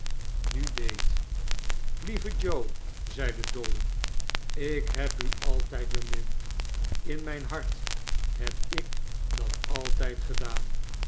nu deed lieve joe zeide dolly ik heb u altijd bemind in mijn hart heb ik dat altijd gedaan